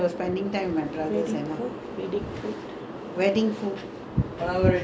ya ya அப்போலா:appolaa we cook there you remember sebastian மாமா தெரியுல:mama teriyula he was cooking in the background